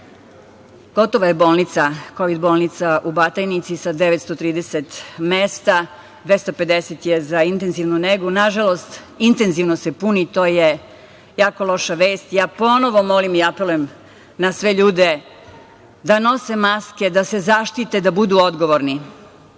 državu. Gotova je kovid bolnica u Batajnici sa 930 mesta, 250 je za intenzivnu negu. Nažalost, intenzivno se puni i to je jako loša vest. Ja ponovo molim i apelujem na sve ljude da nose maske, da se zaštite, da budu odgovorni.